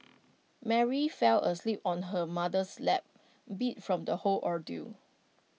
Mary fell asleep on her mother's lap beat from the whole ordeal